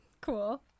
Cool